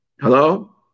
Hello